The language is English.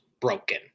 broken